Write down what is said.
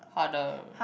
harder